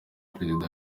perezida